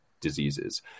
diseases